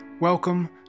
Welcome